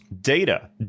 data